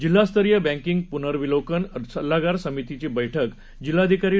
जिल्हास्तरीयबँकिंगपुनर्विलोकनसल्लागारसमितीचीबैठकजिल्हाधिकारीडॉ